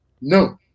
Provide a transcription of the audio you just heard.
No